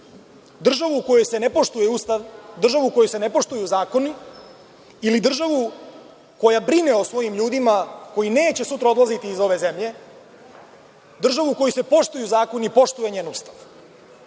Državu u kojoj se ne poštuje Ustav, državu u kojoj se ne poštuju zakoni ili državu koja brine o svojim ljudima koji neće sutra odlaziti iz ove zemlje, državu u kojoj se poštuju zakoni i poštuje njen